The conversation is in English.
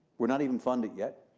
we're not even funded yet.